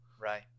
Right